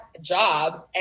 jobs